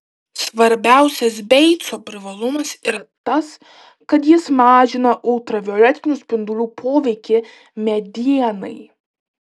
svarbiausias beico privalumas yra tas kad jis mažina ultravioletinių spindulių poveikį medienai